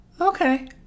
okay